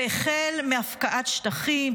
זה החל מהפקעת שטחים,